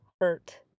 hurt